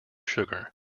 sugar